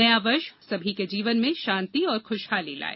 नया वर्ष सभी के जीवन में शान्ति और खुशहाली लाए